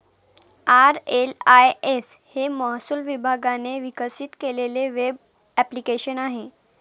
RLIS हे महसूल विभागाने विकसित केलेले वेब ॲप्लिकेशन आहे